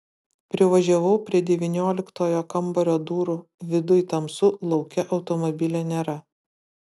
privažiavau prie devynioliktojo kambario durų viduj tamsu lauke automobilio nėra